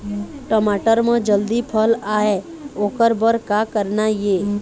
टमाटर म जल्दी फल आय ओकर बर का करना ये?